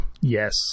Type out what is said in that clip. Yes